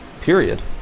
Period